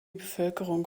bevölkerung